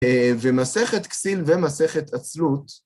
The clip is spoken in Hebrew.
ומסכת כסיל ומסכת עצלות.